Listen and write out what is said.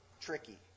tricky